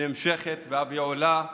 שנמשכת ואף עולה.